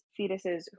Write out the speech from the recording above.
fetuses